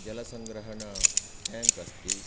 जलसङ्ग्रहणटेङ्क् अस्ति